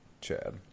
Chad